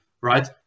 right